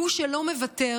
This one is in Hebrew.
גוש שלא מוותר,